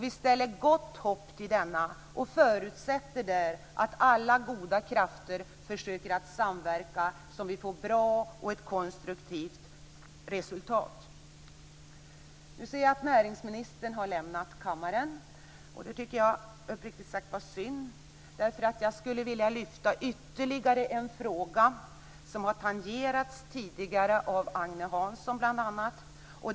Vi fäster stort hopp vid denna och förutsätter att alla goda krafter där försöker att samverka så att vi får ett bra och konstruktiv resultat. Nu ser jag att näringsministern har lämnat kammaren. Det tycker jag uppriktigt sagt är synd, för jag skulle vilja lyfta fram ytterligare en fråga som har tangerats tidigare av bl.a. Agne Hansson.